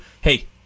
hey